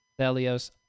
Thelios